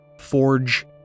forge